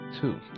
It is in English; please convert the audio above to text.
two